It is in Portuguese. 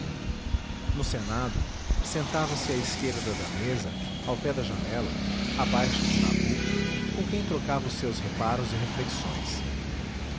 no senado sentava-se à esquerda da mesa ao pé da janela abaixo de nabuco com quem trocava os seus reparos e reflexões